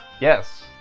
yes